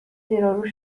زیرورو